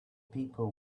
people